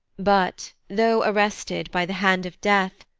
but, though arrested by the hand of death,